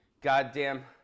goddamn